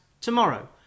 tomorrow